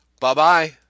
Bye-bye